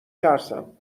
ترسم